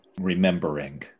remembering